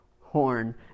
horn